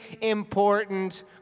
important